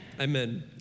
Amen